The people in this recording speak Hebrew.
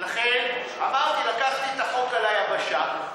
אמרתי שלקחתי את החוק על היבשה,